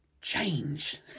change